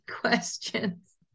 questions